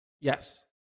Yes